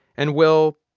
and we'll,